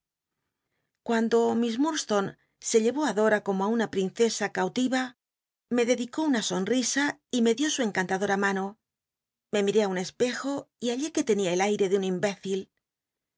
cuando miss murdslonc se llevó i do como á una princesa cautiva me dedicó una somisa y me dió su encantadora mano lile miré á un espejo y hallé que tenia el aire de un imbécil